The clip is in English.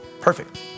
Perfect